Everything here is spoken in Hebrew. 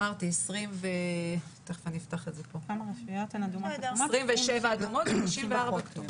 אמרתי, 27 אדומות ו-94 כתומות.